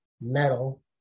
metal